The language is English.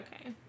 Okay